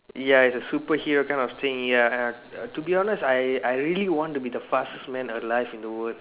ya it's a superhero kind of thing ya uh to be honest I I really want to be the fastest man alive in the world